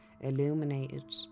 illuminated